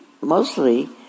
mostly